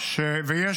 שיהיה